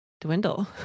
dwindle